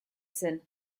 zen